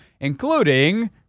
including